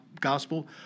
gospel